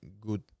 good